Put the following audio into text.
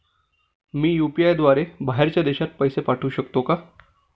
मी UPI द्वारे बाहेरच्या देशात पैसे पाठवू शकतो का?